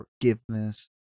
forgiveness